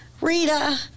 Rita